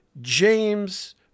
James